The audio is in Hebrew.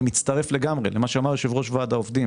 אני מצטרף לגמרי למה שאמר יושב ראש ועד העובדים